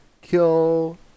kill